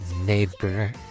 neighbor